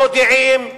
אנחנו מודיעים,